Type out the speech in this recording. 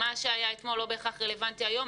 מה שהיה אתמול לא בהכרח רלוונטי היום.